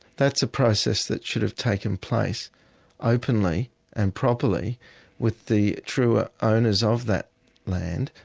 that's a process that should have taken place openly and properly with the true ah owners of that land,